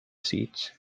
seats